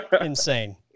Insane